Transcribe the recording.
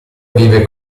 vive